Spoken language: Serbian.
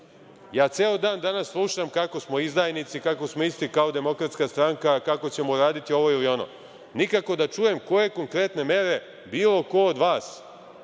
ceo dan danas slušamo kako smo izdajnici, kako smo isti kao DS, kako ćemo uraditi ovo ili ono. Nikako da čujem koje konkretne mere bilo ko od vas,